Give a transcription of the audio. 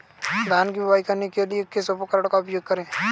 धान की बुवाई करने के लिए किस उपकरण का उपयोग करें?